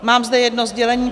Mám zde jedno sdělení.